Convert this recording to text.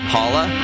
Paula